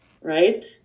Right